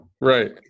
Right